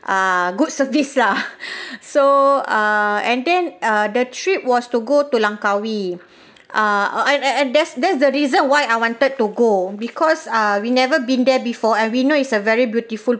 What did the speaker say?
ah good service lah so ah and then uh the trip was to go to langkawi ah oh and and and that's that's the reason why I wanted to go because we uh never been there before and we know is a very beautiful